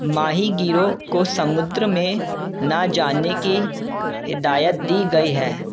ماہی گیروں کو سمندر میں نہ جانے کی ہدایت دی گئی ہے